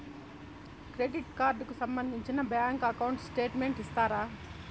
Credit card కు సంబంధించిన bank account statement ఇస్తారా?